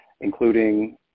including